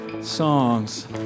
songs